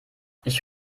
ich